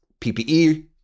PPE